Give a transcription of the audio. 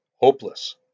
hopeless